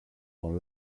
dans